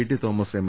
T Thomas M